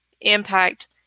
impact